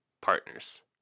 Partners